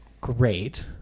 great